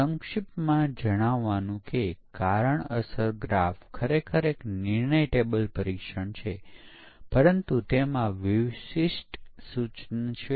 જવાબ આપવા માટે એ જાણો કે સામાન્ય રીતે સોફ્ટવેર વિકાસનામાં પરીક્ષણ કેસ સેંકડો અથવા હજારો વખત ચલાવવામાં આવે છે